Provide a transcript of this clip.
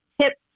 tips